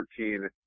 13